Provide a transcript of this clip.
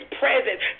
presence